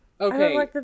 Okay